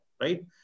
right